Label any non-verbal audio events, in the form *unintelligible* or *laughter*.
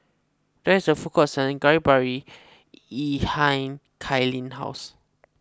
there is a food court selling Kari Babi *unintelligible* Kailyn's house